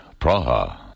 Praha